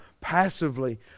passively